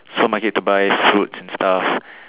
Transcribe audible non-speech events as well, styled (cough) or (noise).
supermarket to buy fruits and stuff (noise)